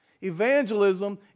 Evangelism